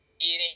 eating